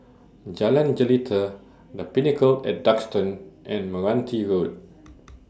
Jalan Jelita The Pinnacle A tDuxton and Meranti Road